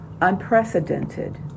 unprecedented